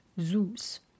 Zeus